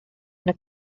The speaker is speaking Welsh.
yno